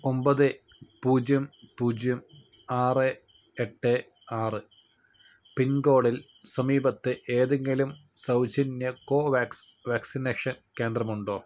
ഒൻപത് പൂജ്യം പൂജ്യം ആറ് എട്ട് ആറ് പിൻകോഡിൽ സമീപത്ത് ഏതെങ്കിലും സൗജന്യ കോവാക്സ് വാക്സിനേഷൻ കേന്ദ്രമുണ്ടോ